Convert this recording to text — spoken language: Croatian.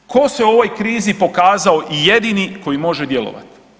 Tko se u ovoj krizi pokazao i jedini koji može djelovati?